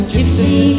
Gypsy